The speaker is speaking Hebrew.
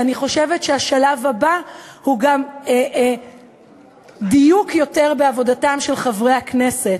ואני חושבת שהשלב הבא הוא גם יותר דיוק בעבודתם של חברי הכנסת.